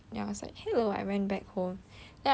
then I realise I forget to ask